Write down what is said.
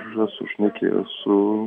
aš esu šnekėjęs su